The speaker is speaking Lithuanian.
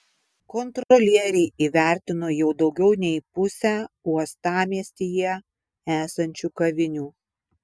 kontrolieriai įvertino jau daugiau nei pusę uostamiestyje esančių kavinių